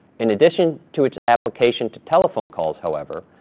in addition to its application to telephone calls, however,